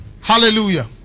Hallelujah